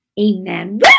Amen